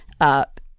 up